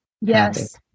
Yes